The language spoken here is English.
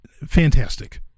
fantastic